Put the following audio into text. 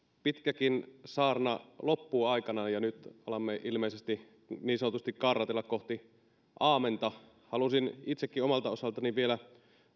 pitkäkin saarna loppuu aikanaan ja nyt alamme ilmeisesti niin sanotusti kaarratella kohti aamenta halusin itsekin omalta osaltani vielä